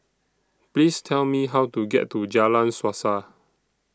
Please Tell Me How to get to Jalan Suasa